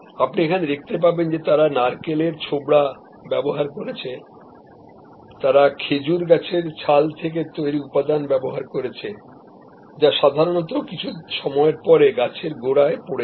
আপনি এখানে দেখতে পাবেন যে তারা নারকেলের ছবরা ব্যবহার করেছেন তারা খেজুর গাছের ছাল থেকে তৈরী উপাদান ব্যবহার করেছেন যা সাধারণত কিছু সময়ের পরে গাছের গোড়ায় পড়ে যায়